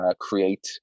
create